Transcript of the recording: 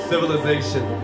Civilization